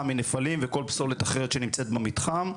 מנפלים וכל פסולת אחרת שנמצאת במתחם.